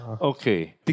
Okay